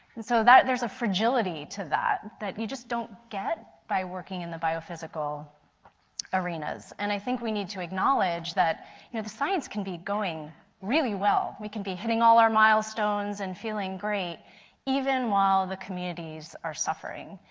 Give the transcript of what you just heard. and so there is a fragility to that, that you just don't get by working in the biophysical arenas, and i think we need to acknowledge that you know the science can be going really well, we can beheading all of our milestones and feeling great even while the communities are suffering.